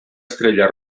estrella